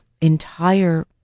entire